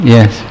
Yes